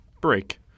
break